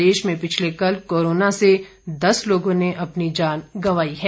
प्रदेश में पिछले कल कोरोना से दस लोगों ने अपनी जान गंवाई है